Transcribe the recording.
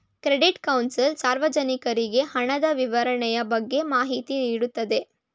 credit council ಸಾರ್ವಜನಿಕರಿಗೆ ಹಣದ ನಿರ್ವಹಣೆಯ ಬಗ್ಗೆ ಮಾಹಿತಿ ನೀಡುತ್ತದೆ